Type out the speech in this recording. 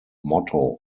motto